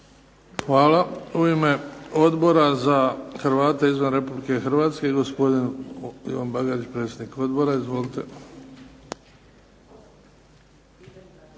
Hvala. U ime Odbora za Hrvate izvan Republike Hrvatske gospodin Ivan Bagarić, predsjednik odbora. Izvolite.